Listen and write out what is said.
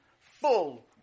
full